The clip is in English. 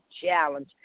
challenge